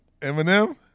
Eminem